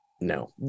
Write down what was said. No